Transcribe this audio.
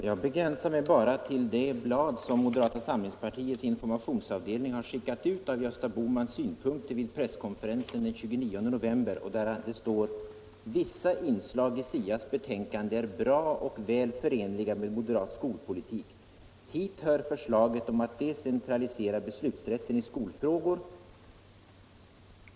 Herr talman! Jag läste från det blad som moderata samlingspartiets informationsavdelning har skickat ut och där man redovisar Gösta Bohmans synpunkter vid presskonferensen den 29 november. I detta blad heter det: ”Vissa inslag i SIA:s betänkande är bra och väl förenliga med moderat skolpolitik. Hit hör förslaget om att decentralisera beslutsrätten i skolfrågor —---.